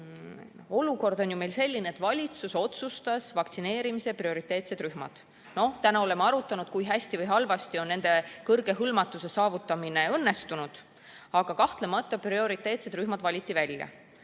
Olukord on ju selline, et valitsus otsustas vaktsineerimisel prioriteetsed rühmad. Täna oleme arutanud, kui hästi või halvasti on nende puhul suure hõlmatuse saavutamine õnnestunud, aga kahtlemata prioriteetsed rühmad valiti välja.